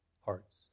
hearts